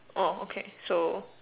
okay so